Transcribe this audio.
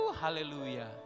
hallelujah